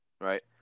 Right